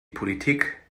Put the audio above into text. politik